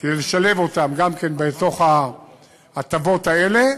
כדי לשלב אותם גם בתוך ההטבות האלה,